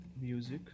music